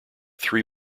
three